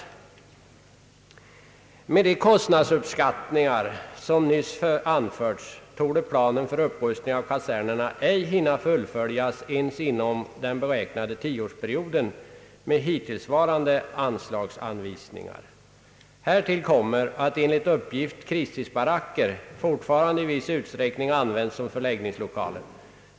Om de kostnadsuppskattningar som nyss anförts är riktiga torde planen för upprustning av kasernerna inte kunna fullföljas ens inom den beräknade tioårsperioden med hittillsvarande anslagsanvisningar. Härtill kommer att enligt uppgift kristidsbaracker fortfarande i viss utsträckning används som förläggningslokaler.